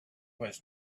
was